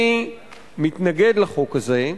אני מתנגד לחוק הזה,